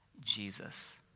Jesus